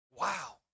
Wow